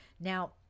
Now